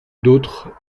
d’autres